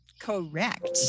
Correct